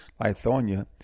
Lithonia